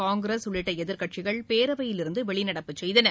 காங்கிரஸ் உள்ளிட்டஎதிர்கட்சிகள் பேரவையில் இருந்துவெளிநடப்பு செய்தன